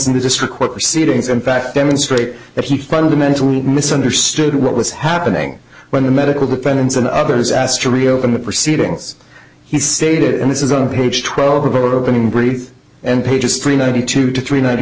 in the district court proceedings in fact demonstrate that he fundamentally misunderstood what was happening when the medical dependents and others asked to reopen the proceedings he stated and this is on page twelve of opening brief and pages three ninety two to three ninety